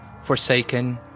forsaken